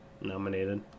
nominated